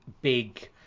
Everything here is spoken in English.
big